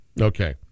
okay